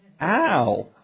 Ow